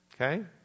Okay